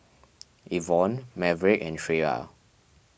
Yvonne Maverick and Shreya